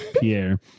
pierre